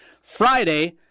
Friday